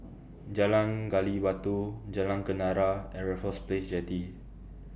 Jalan Gali Batu Jalan Kenarah and Raffles Place Jetty